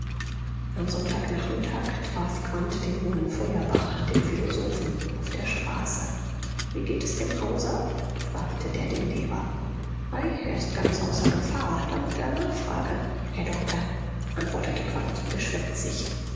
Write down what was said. am sonntag nachmittag traf quandt den jungen feuerbach den philosophen auf der straße wie geht's dem hauser fragte der den lehrer ei er ist ganz außer gefahr dank der nachfrage herr doktor antwortete